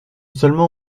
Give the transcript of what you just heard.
seulement